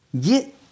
Get